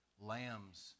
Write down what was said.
Lambs